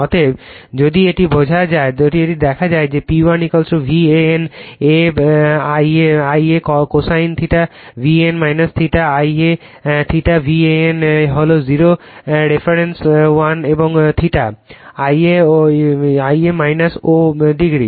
অতএব যদি এটি দেখা যায় যে P1 V AN A I a cosine θ VAN θ I a θ VAN হল 0 রেফারেন্স ওয়ান এবং θ I a ও 0